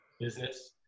business